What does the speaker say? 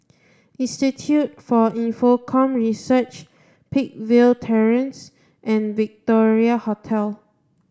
Institute for Infocomm Research Peakville Terrace and Victoria Hotel